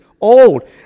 old